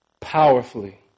powerfully